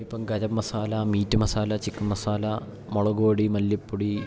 ഇപ്പം garam masala meat chicken masala മുളക് പൊടി മല്ലി പൊടി